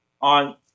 on